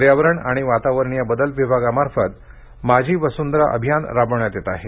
पर्यावरण आणि वातावरणीय बदल विभागामार्फत माझी वसुंधरा अभियान राबवण्यात येत आहे